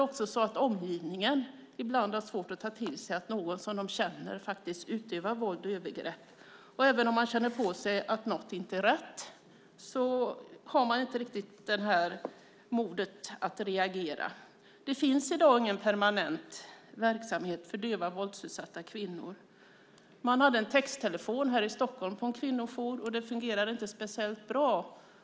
Dessutom har omgivningen ibland svårt att ta till sig att någon som de känner faktiskt utövar våld och övergrepp. Och även om man känner på sig att något inte är rätt har man inte riktigt modet att reagera. Det finns i dag ingen permanent verksamhet för döva våldsutsatta kvinnor. Det finns en texttelefon vid en kvinnojour i Stockholm, men det fungerar inte speciellt bra.